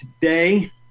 today